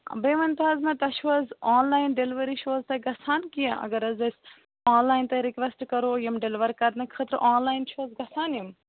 بیٚیہِ وٕنۍ تَو حظ مےٚ تۄہہِ چھُو حظ آنلایِن ڈیلؤری چھُو حظ تۄہہِ گژھان کہ اگر حظ اَسہِ آنلایِن تۄہہِ رِکویسٹہٕ کَرَو یِم ڈِیلِوَر کرنہٕ خٲطرٕ آنلایِن چھِ حظ گژھان یِم